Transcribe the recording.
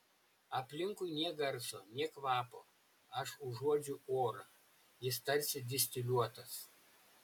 aplinkui nė garso nė kvapo aš uodžiu orą jis tarsi distiliuotas